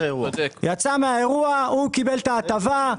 הוא קיבל את ההטבה.